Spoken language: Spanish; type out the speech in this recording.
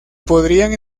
podrían